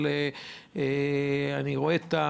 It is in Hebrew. אבל אפשר